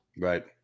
Right